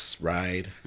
ride